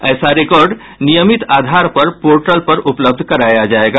ऐसा रिकार्ड नियमित आधार पर पोर्टल पर उपलब्ध कराया जाएगा